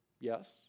yes